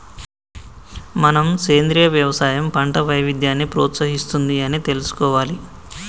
మనం సెంద్రీయ యవసాయం పంట వైవిధ్యాన్ని ప్రోత్సహిస్తుంది అని తెలుసుకోవాలి